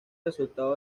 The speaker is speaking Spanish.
resultado